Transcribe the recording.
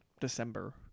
December